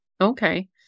Okay